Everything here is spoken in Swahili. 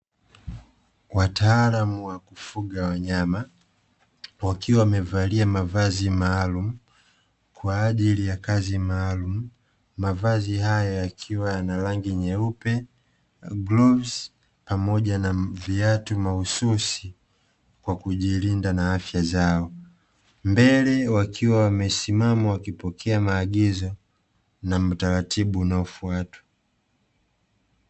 Wataalamu wa kufuga wanyama, wakiwa wamevalia mavazi maalumu kwa ajili ya kazi maalumu. Mavazi hayo yakiwa yana rangi nyeupe, glavu pamoja na viatu mahususi kwa kujilinda na afya zao, mbele wakiwa wamesimama wakipokea maagizo na utaratibu unaofuata.